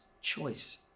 choice